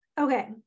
Okay